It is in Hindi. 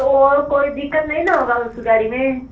तो और कोई दिक़्क़त नहीं ना होगी उस गाड़ी में